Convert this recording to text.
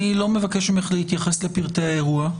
אני לא מבקש ממך להתייחס לפרטי האירוע.